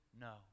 No